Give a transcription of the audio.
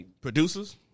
Producers